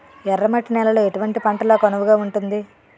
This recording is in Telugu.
ఎర్ర మట్టి నేలలో ఎటువంటి పంటలకు అనువుగా ఉంటుంది?